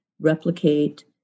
replicate